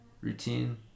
routine